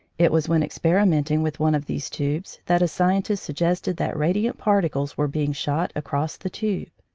it was when experimenting with one of these tubes that a scientist suggested that radiant particles were being shot across the tube.